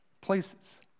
places